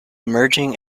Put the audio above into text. merging